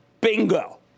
Bingo